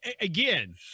again